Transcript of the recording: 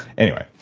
anyway,